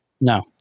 No